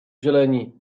zieleni